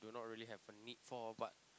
not really have a need for but